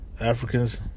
Africans